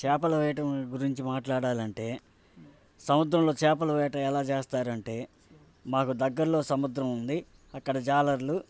చేపల వేట గురించి మాట్లాడాలంటే సముద్రంలో చేపల వేట ఎలా చేస్తారంటే మాకు దగ్గరలో సముద్రం ఉంది అక్కడ జాలర్లు